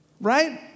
right